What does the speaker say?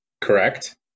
Correct